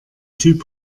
typ